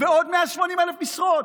ועוד 180,000 משרות.